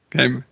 okay